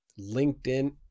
LinkedIn